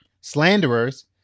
slanderers